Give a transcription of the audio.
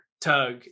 tug